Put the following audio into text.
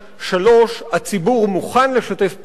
3. הציבור מוכן לשתף פעולה,